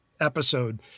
episode